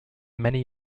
many